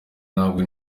ntabwo